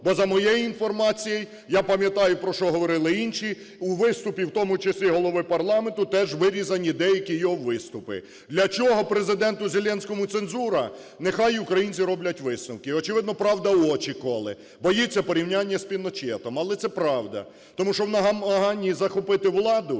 Бо за моєю інформацією, я пам'ятаю, про що говорили інші, у виступі в тому числі голови парламенту теж вирізані деякі його виступи. Для чого Президенту Зеленському цензура? Нехай українці роблять висновки. Очевидно, правда очі коле. Боїться порівняння з Піночетом. Але це правда. Тому що в намаганні захопити владу